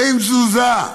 אין תזוזה,